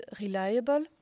reliable